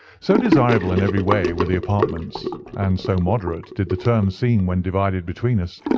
so desirable in every way were the apartments, and so moderate did the terms seem when divided between us,